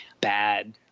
bad